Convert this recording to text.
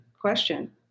question